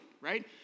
right